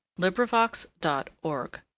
Librivox.org